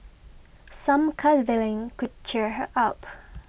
some cuddling could cheer her up